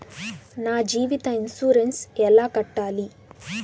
నా జీవిత ఇన్సూరెన్సు ఎలా కట్టాలి?